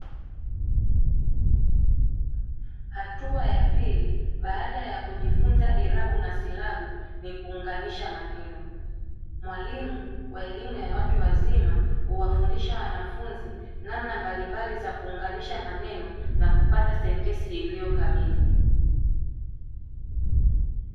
Hatua ya pili baada ya kujifunza irabu na silabu ni kuunganisha maneno. Mwalimu wa elimu ya watu wazima huwafundisha wanafunzi namna mbalimbali za kuunganisha maneno na kupata sentensi iliyo kamili.